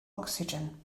ocsigen